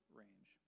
range